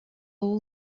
all